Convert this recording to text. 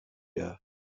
der